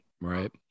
right